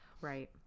Right